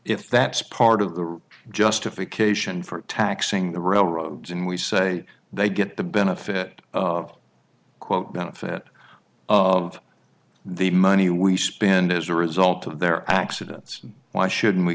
if that's part of the justification for taxing the railroads and we say they get the benefit of quote benefit of the money we spend as a result of their accidents why should